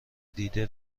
دیده